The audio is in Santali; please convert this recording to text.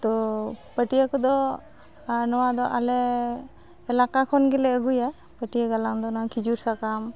ᱛᱳ ᱯᱟᱹᱴᱭᱟᱹ ᱠᱚᱫᱚ ᱱᱚᱣᱟᱫᱚ ᱟᱞᱮ ᱮᱞᱟᱠᱟ ᱠᱷᱚᱱᱜᱮᱞᱮ ᱟᱹᱜᱩᱭᱟ ᱯᱟᱹᱴᱭᱟᱹ ᱜᱟᱞᱟᱝᱫᱚ ᱱᱚᱣᱟ ᱠᱷᱤᱡᱩᱨ ᱥᱟᱠᱟᱢ